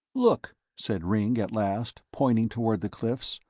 look, said ringg at last, pointing toward the cliffs,